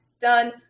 Done